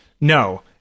No